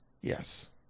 Yes